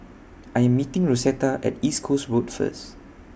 I Am meeting Rosetta At East Coast Road First